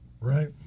right